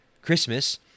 Christmas